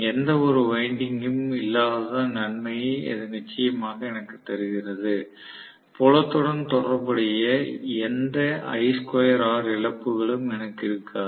எந்தவொரு வைண்டிங்கும் இல்லாததன் நன்மையை அது நிச்சயமாக எனக்குத் தருகிறது புலத்துடன் தொடர்புடைய எந்த I2R இழப்புகளும் எனக்கு இருக்காது